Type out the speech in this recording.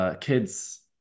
kids